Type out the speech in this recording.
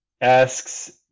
asks